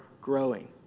growing